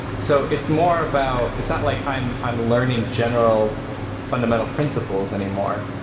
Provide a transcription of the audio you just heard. so, it's more about it's not like i'm i'm learning general fundamental principles anymore,